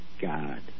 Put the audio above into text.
God